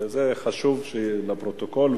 חשוב שיהיה לפרוטוקול,